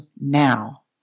now